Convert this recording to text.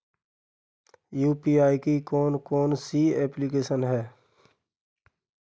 UPI की कौन कौन सी एप्लिकेशन हैं?